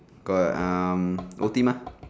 got um O_T mah